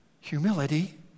humility